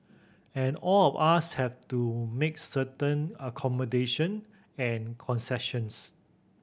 and all of us have to make certain accommodation and concessions